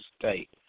State